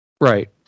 Right